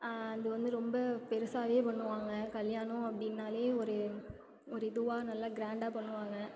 அது வந்து ரொம்ப பெருசாகவே பண்ணுவாங்க கல்யாணம் அப்படின்னாலே ஒரு ஒரு இதுவாக நல்லா கிராண்டா பண்ணுவாங்க